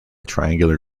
triangular